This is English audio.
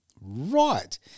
Right